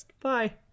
bye